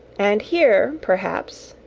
and here, perhaps,